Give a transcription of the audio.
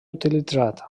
utilitzat